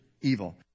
evil